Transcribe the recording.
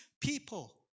people